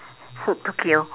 shoot to kill